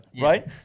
right